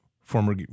former